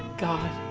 god.